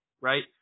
right